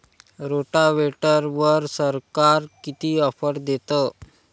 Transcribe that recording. रोटावेटरवर सरकार किती ऑफर देतं?